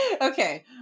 Okay